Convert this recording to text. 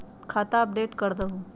खाता अपडेट करदहु?